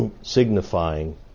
signifying